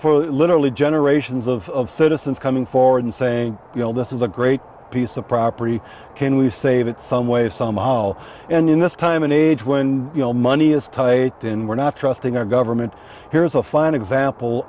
here literally generations of citizens coming forward and saying you know this is a great piece of property can we save it someway somehow and in this time and age when you know money is tight and we're not trusting our government here's a fine example